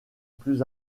plus